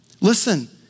Listen